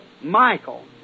Michael